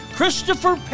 Christopher